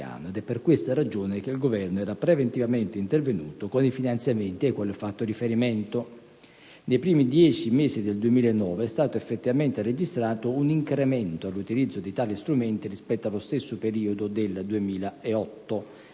È per questa ragione che il Governo era preventivamente intervenuto con i finanziamenti ai quali ho fatto riferimento. Nei primi dieci mesi del 2009, è stato effettivamente registrato un incremento dell'utilizzo di tali strumenti rispetto allo stesso periodo del 2008: